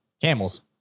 camels